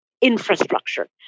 infrastructure